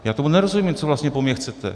Já tomu nerozumím, co vlastně po mně chcete.